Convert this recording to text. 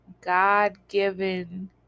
God-given